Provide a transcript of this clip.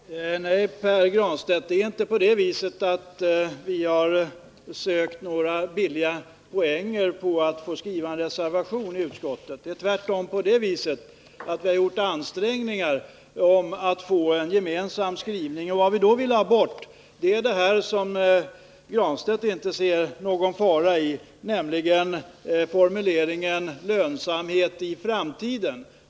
Herr talman! Nej, Pär Granstedt, det är inte på det sättet att vi har sökt Torsdagen den några billiga poänger genom att skriva en reservation i utskottet. Tvärtom 5 juni 1980 förhåller det sig så, att vi har gjort ansträngningar att få till stånd en gemensam skrivning. Vi vill ha bort något som Pär Granstedt inte ser någon fara i, nämligen formuleringen ”lönsamhet i framtiden”.